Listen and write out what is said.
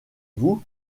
vous